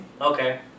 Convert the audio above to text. Okay